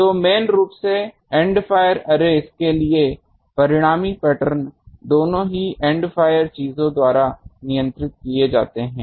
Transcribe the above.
तो मेन रूप से एंड फायर अर्रेस के लिए परिणामी पैटर्न दोनों ही एंड फायर चीजों द्वारा नियंत्रित किये जाते हैं